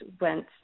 went